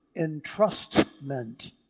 entrustment